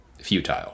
futile